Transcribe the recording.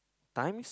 times